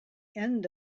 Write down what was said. end